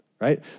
Right